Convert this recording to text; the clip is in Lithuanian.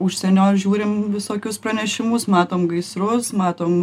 užsienio žiūrim visokius pranešimus matom gaisrus matom